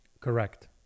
Correct